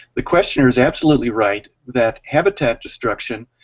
the question was absolutely right that habitat destruction